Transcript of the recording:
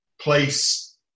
place